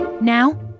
Now